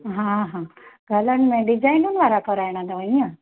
हा हा कलर में डिज़ाइनूं वारा कराइणा अथव ईअं